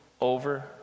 Over